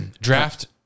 Draft